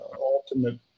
ultimate